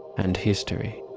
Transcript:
and history,